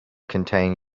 contain